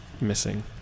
missing